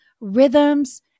Rhythms